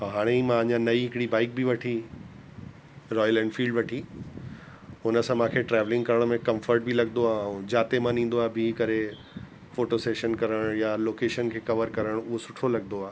हाणे ई मां अञा नई हिकिड़ी बाइक बि वठी रॉयल एनफील्ड वठी हुनसां मूंखे ट्रैवलिंग करण में कंफर्ट बि लॻदो आहे ऐं जिते मन थींदो आहे बीह करे फ़ोटो सैशन करण या लोकेशन खे कवर करण उहो सुठो लॻंदो आहे